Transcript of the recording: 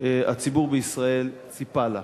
הציבור בישראל ציפה לה.